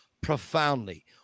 profoundly